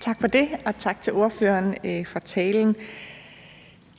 Tak for det, og tak til ordføreren for talen.